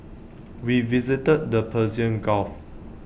we visited the Persian gulf